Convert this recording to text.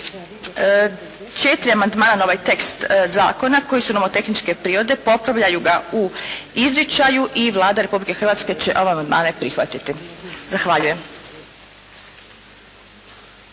je 4 amandmana na ovaj tekst zakona koji su nomotehničke prirode. Popravljaju ga u izričaju i Vlada Republike Hrvatske će ove amandmane prihvatiti. Zahvaljujem.